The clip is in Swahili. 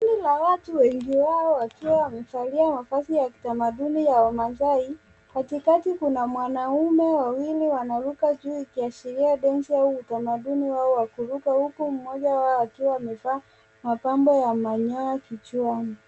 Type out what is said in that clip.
Kundi la watu wengi wao wakiwa wamevalia mavazi ya kitamaduni ya wamasai, katikati kuna mwanaume wawili wanaruka juu ikiashiria densi au utamaduni wao wa kuruka huku mmoja wao akiwa amevaa mapambo ya manyoya kichwani.